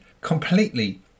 completely